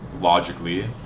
logically